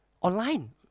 Online